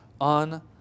On